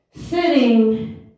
sitting